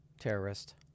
terrorist